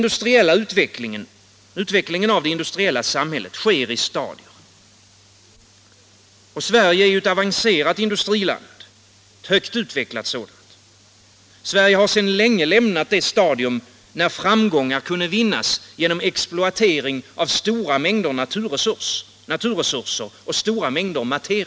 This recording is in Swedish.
Utvecklingen av det industriella samhället sker i stadier. Sverige är ett högt utvecklat land. Sverige har sedan länge lämnat det stadium, när framgångar kunde vinnas genom exploatering av stora mängder materia och naturresurser.